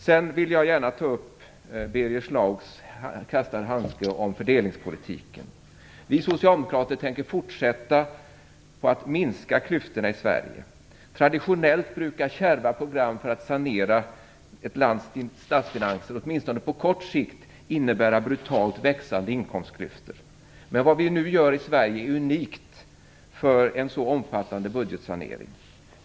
Sedan vill jag gärna ta upp Birger Schlaugs kastade handske om fördelningspolitiken. Vi socialdemokrater tänker fortsätta att minska klyftorna i Sverige. Traditionellt brukar kärva program för att sanera ett lands statsfinanser åtminstone på kort sikt innebära brutalt växande inkomstklyftor. Men det vi nu gör i Sverige är unikt för en så omfattande budgetsanering.